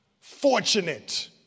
fortunate